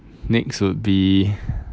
next would be